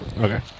Okay